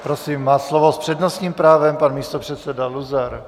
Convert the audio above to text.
Prosím, má slovo s přednostním právem pan místopředseda Luzar.